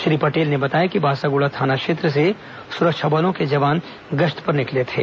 श्री पटेल ने बताया कि बासागुड़ा थाना क्षेत्र से सुरक्षा बलों के जवान गश्त पर निकले थे